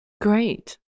Great